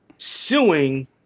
suing